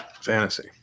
fantasy